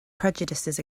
prejudices